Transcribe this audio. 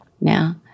now